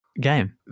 game